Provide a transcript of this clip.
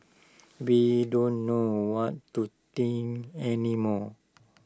we don't know what to think any more